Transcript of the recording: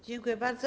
Dziękuję bardzo.